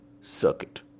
circuit